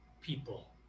people